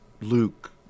Luke